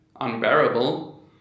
unbearable